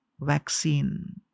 vaccine